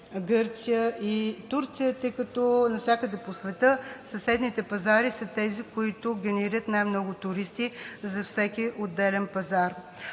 Гърция и Турция, тъй като навсякъде по света съседните пазари са тези, които генерират най-много туристи за всеки отделен пазар.